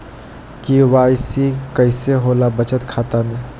KYC कैसे होला बचत खाता में?